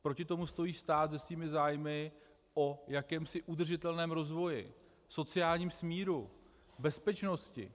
Proti tomu stojí stát se svými zájmy o jakémsi udržitelném rozvoji, sociálním smíru, bezpečnosti.